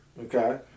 Okay